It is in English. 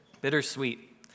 bittersweet